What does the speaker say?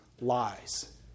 lies